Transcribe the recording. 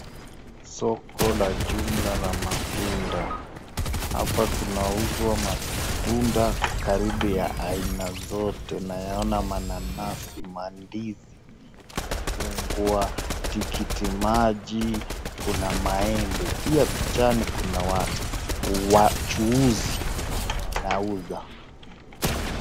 Soko la jumla laa matunda, hapa kuna mauzo matunda karibu ya aina zote, nayaona mananasi, mandizi, machungwa ,tikiti maji, kuna maembe, pia pichani kuna wachuuzi wenye wanauza.